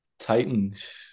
titans